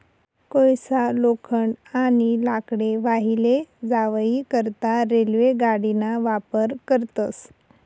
कोयसा, लोखंड, आणि लाकडे वाही लै जावाई करता रेल्वे गाडीना वापर करतस